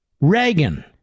Reagan